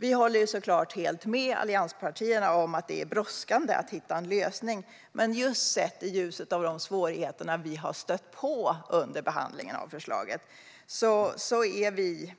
Vi håller såklart helt med allianspartierna om att det brådskar att hitta en lösning, men just sett i ljuset av de svårigheter vi har stött på under behandlingen av förslaget är vi